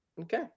Okay